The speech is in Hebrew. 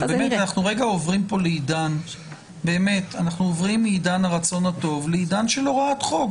אנחנו עוברים כאן מעידן הרצון הטוב לעידן של הוראת חוק,